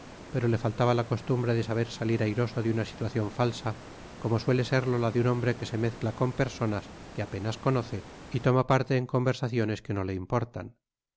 pero le faltaba la costumbre de saber salir airoso de una situacion falsa como suele serlo la de un hombre que se mezcla con personas que apenas conoce y toma parte en conversaciones que no le importan